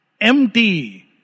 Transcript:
empty